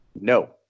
No